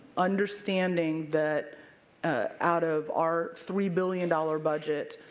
understanding that ah out of our three billion dollars budget,